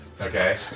Okay